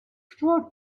for